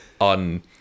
on